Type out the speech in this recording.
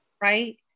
right